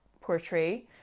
portray